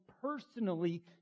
personally